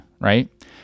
right